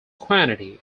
quantity